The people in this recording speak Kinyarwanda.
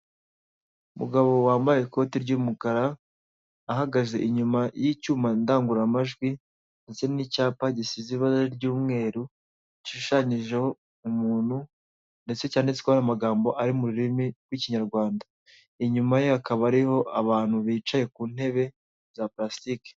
Umugabo wambaye ikoti ry'umukara ahagaze inyuma y'icyuma ndangururamajwi, ndetse n'icyapa gisize ibara ry'umweru gishushanyijeho umuntu, ndetse cyanditsweho amagambo ari mu rurimi rw'ikinyarwanda, inyuma ye hakaba hariho abantu bicaye ku ntebe za purasitike.